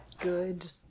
good